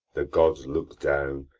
the gods look down,